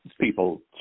people